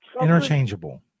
interchangeable